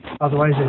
otherwise